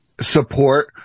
support